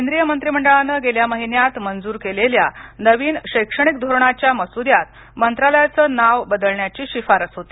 केंद्रीय मंत्रिमंडळानं गेल्या महिन्यात मंजूर केलेल्या नवीन शैक्षणिक धोरणाच्या मसुद्यात मंत्रालयाचं नावं बदलण्याची शिफारस होती